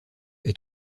est